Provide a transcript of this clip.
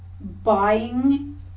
buying